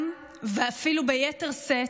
גם, ואפילו ביתר שאת,